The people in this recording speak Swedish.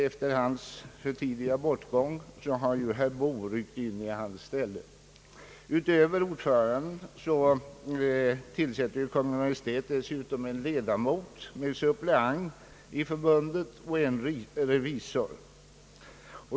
Efter hans för tidiga bortgång har herr Boo ryckt in i hans ställe. Utöver ordföranden tillsätter Kungl. Maj:t en ledamot med suppleant i förbundet och en revisor.